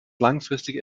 langfristige